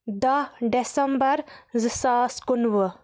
دَہ ڈیسمبر زٕ ساس کُنوُہ